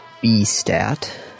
B-stat